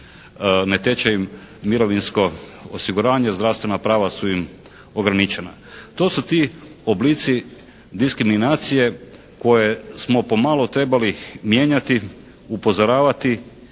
ne teče im mirovinsko osiguranje, zdravstvena prava su im ograničenja. To su ti oblici diskriminacije koje smo po malo trebali mijenjati, upozoravati